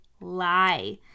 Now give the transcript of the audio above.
lie